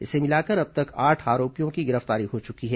इसे मिलाकर अब तक आठ आरोपियों की गिरफ्तारी हो चुकी है